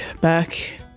back